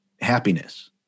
happiness